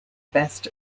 best